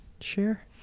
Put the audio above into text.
share